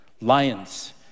lions